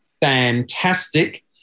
fantastic